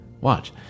Watch